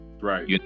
right